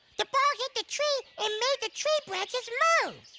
the ball hit the tree and made the tree branches move.